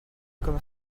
comme